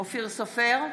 אופיר סופר,